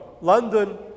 London